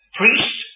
priest